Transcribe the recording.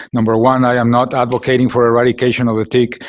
number one, i am not advocating for eradication of the tick.